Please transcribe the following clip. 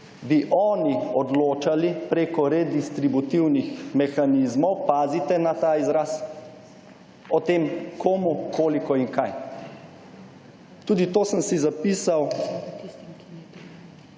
bi oni odločali preko redistributivnih mehanizmov, pazite na ta izraz, o tem komu, koliko in kaj. Tudi to sem si zapisal,